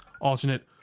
alternate